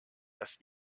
das